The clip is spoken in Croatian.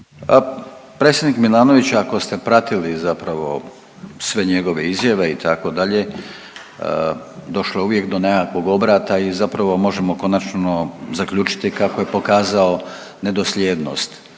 Predsjednik Milanović ako ste pratili zapravo sve njegove izjave itd., došlo je uvijek do nekakvog obrata i zapravo možemo konačno zaključiti kako je pokazao nedosljednost.